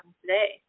today